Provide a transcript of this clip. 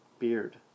beard